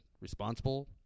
responsible